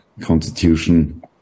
constitution